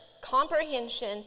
comprehension